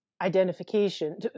identification